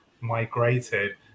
migrated